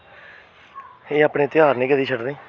एह् अपने धेयार निं कदें छड्डने